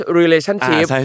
relationship